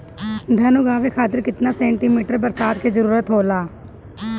धान उगावे खातिर केतना सेंटीमीटर बरसात के जरूरत होखेला?